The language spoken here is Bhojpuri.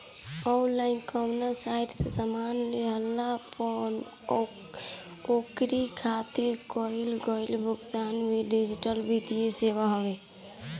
ऑनलाइन कवनो साइट से सामान लेहला पअ ओकरी खातिर कईल गईल भुगतान भी डिजिटल वित्तीय सेवा हवे